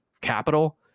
capital